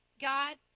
God